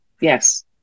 Yes